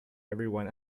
everyone